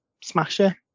smasher